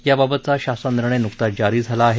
याबाबतचा शासन निर्णय न्कताच जारी झाला आहे